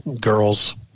girls